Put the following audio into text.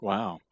Wow